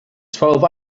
twelve